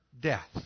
death